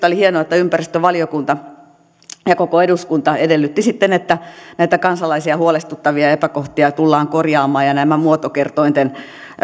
oli hienoa että ympäristövaliokunta ja koko eduskunta edellytti sitten että näitä kansalaisia huolestuttavia epäkohtia tullaan korjaamaan ja nämä muotokertointen